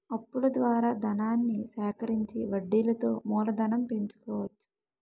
అప్పుల ద్వారా ధనాన్ని సేకరించి వడ్డీలతో మూలధనం పెంచుకోవచ్చు